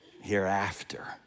hereafter